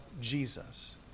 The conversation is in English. Jesus